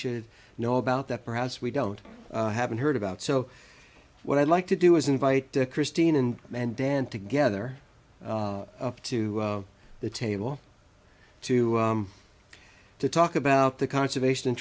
should know about that perhaps we don't haven't heard about so what i'd like to do is invite christine and and dan together up to the table to to talk about the conservation